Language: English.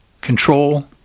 control